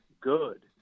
good